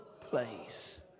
place